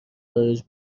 خارج